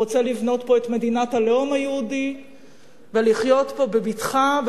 ורוצה לבנות את מדינת הלאום היהודי ולחיות פה בבטחה,